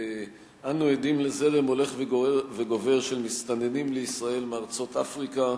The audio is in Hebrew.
אנו עדים לזרם הולך וגובר של מסתננים לישראל מארצות אפריקה.